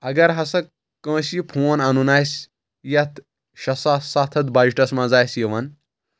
اگر ہسا کٲنٛسہِ یہِ فون اَنُن آسہِ یَتھ شیےٚ ساس سَتھ ہتھ بَجٹس منٛز آسہِ یِوان